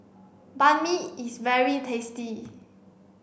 Banh Mi is very tasty